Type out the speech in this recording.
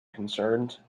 concerned